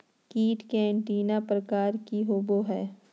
कीट के एंटीना प्रकार कि होवय हैय?